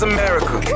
America